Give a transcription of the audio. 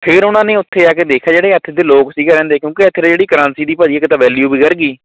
ਫਿਰ ਉਹਨਾਂ ਨੇ ਉੱਥੇ ਆ ਕੇ ਦੇਖਿਆ ਜਿਹੜੇ ਇੱਥੇ ਦੇ ਲੋਕ ਸੀਗੇ ਰਹਿੰਦੇ ਕਿਉਂਕਿ ਇੱਥੇ ਦੀ ਜਿਹੜੀ ਕਰੰਸੀ ਸੀ ਭਾਅ ਜੀ ਇੱਕ ਤਾਂ ਵੈਲਯੂ ਵੀ ਗਿਰ ਗਈ